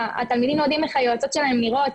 בתלמידים לא יודעים איך היועצות שלהם נראות,